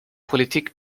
politik